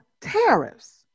tariffs